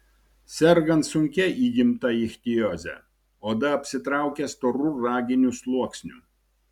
sergant sunkia įgimta ichtioze oda apsitraukia storu raginiu sluoksniu